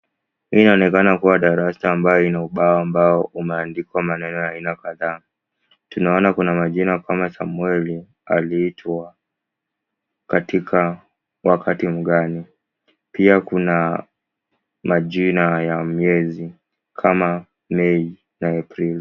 Hii inaonekana kuwa darasa amayo ina ubao, unaandikwa maneno ya aina kadhaa, tunaona kuna majina kama Samueli, aliitwa, katika, wakati mgani, pia kuna, majina ya miezi, kama, Mei, na Aprili.